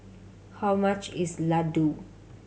how much is Ladoo